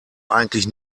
eigentlich